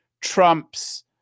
Trump's